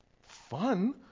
fun